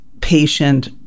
patient